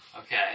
okay